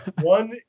One